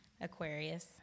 Aquarius